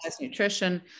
nutrition